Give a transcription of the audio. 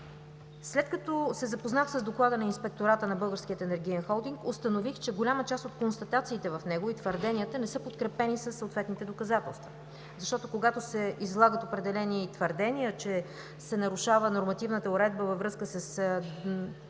След като се запознах с доклада на Инспектората на Българския енергиен холдинг, установих, че голяма част от констатациите в него и твърденията не са подкрепени със съответните доказателства. Когато се излагат определени твърдения, че се нарушава нормативната уредба във връзка с определяне